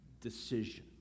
decision